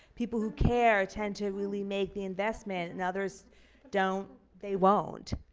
people who care tend to really make the investment, and others don't, they won't.